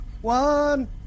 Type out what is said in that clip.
One